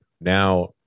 now